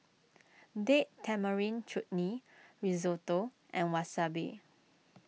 Date Tamarind Chutney Risotto and Wasabi